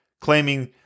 claiming